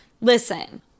Listen